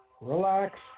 relax